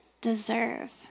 deserve